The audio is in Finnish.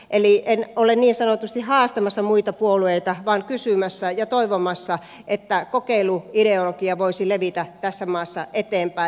eli en ole niin sanotusti haastamassa muita puolueita vaan kysymässä ja toivomassa että kokeiluideologia voisi levitä tässä maassa eteenpäin